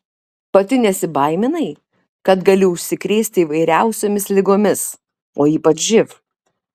pati nesibaiminai kad gali užsikrėsti įvairiausiomis ligomis o ypač živ